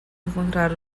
encontrar